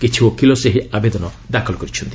କିଛି ଓକିଲ ସେହି ଆବେଦନ ଦାଖଲ କରିଛନ୍ତି